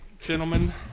gentlemen